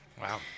Wow